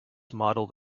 modeled